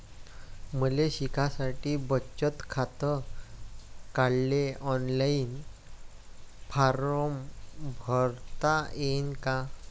मले शिकासाठी बचत खात काढाले ऑनलाईन फारम भरता येईन का?